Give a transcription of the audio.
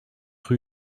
cinq